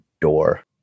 door